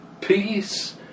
peace